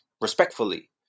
Respectfully